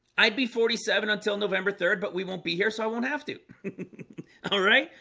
i'd be forty seven until november third, but we won't be here so i won't have to all right,